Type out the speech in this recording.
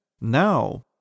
Now